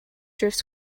drifts